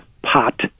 pot